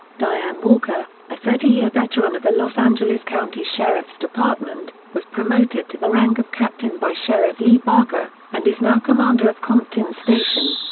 diane walker, a thirty year veteran of the los angeles county sheriff's department, was promoted to the rank of captain by sheriff lee baca, and is now commander of compton station.